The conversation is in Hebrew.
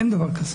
אין דבר כזה.